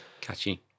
Catchy